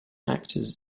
actors